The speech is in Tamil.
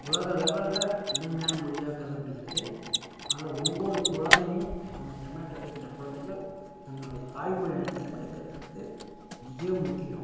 உலக லெவலில் முதன்மையான மொழியாக கருதப்படுகிறது அதில் ஒவ்வொரு குழந்தையும் நம்ம தமிழ் நாட்டில் பிறக்கின்ற குழந்தைகள் தங்களுடைய தாய்மொழியான தமிழை கற்றுயிருப்பது மிக முக்கியம்